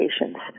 patients